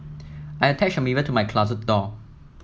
I attached a mirror to my closet door